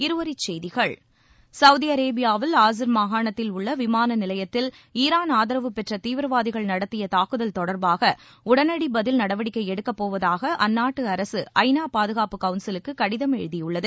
இருவரிச் செய்திகள் சவுதி அரேபியாவில் ஆசீர் மாகாணத்தில் உள்ள விமான நிலையத்தில் ஈரான் ஆதரவு பெற்ற தீவிரவாதிகள் நடத்திய தாக்குதல் தொடர்பாக உடனடி பதில் நடவடிக்கை எடுக்கப்போவதாக அந்நாட்டு அரசு ஐ நா பாதுகாப்பு கவுன்சிலுக்கு கடிதம் எழுதியுள்ளது